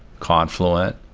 confluent,